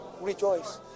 rejoice